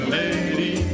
lady